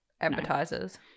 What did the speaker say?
Advertisers